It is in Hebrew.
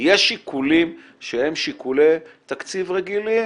יש שיקולים שהם שיקולי תקציב רגילים,